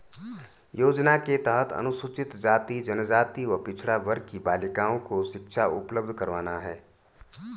योजना के तहत अनुसूचित जाति, जनजाति व पिछड़ा वर्ग की बालिकाओं को शिक्षा उपलब्ध करवाना है